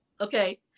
okay